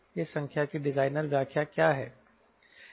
इस संख्या की डिज़ाइनर व्याख्या क्या है